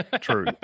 True